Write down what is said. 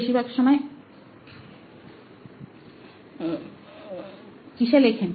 বেশিরভাগ সময় কিসে লেখেন